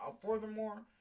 Furthermore